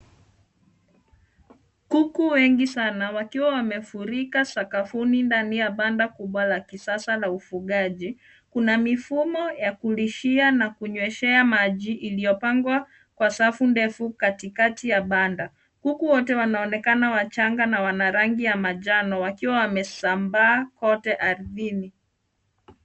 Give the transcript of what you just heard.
Kuku wengi sana wakiwa wamefurika sakafuni ndani ya banda kubwa la kisasa la ufugaji. Kuna mifumo ya kulishia na kunyweshea maji iliyopangwa kwa safu ndefu katikati ya banda. Kuku wote wanaonekana wachanga na wana rangi ya manjano wakiwa wamesambaa kote ardhini.